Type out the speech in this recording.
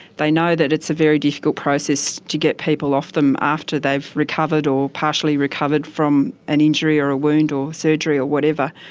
they know that it's a very difficult process to get people off them after they've recovered or partially recovered from an injury or a wound or surgery or whatever.